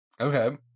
Okay